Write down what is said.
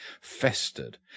festered